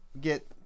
get